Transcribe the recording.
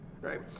right